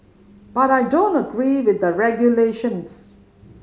but I don't agree with the regulations